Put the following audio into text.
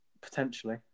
Potentially